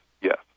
Yes